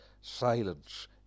silence